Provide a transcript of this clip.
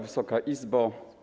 Wysoka Izbo!